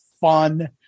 fun